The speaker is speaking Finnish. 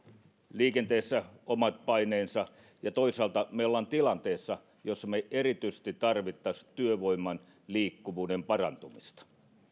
liikenteessä on omat paineensa ja toisaalta me olemme tilanteessa jossa me erityisesti tarvitsisimme työvoiman liikkuvuuden parantumista